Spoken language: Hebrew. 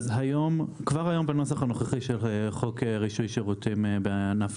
כבר היום בנוסח הנוכחי של חוק רישוי שירותים בענף